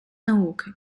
науки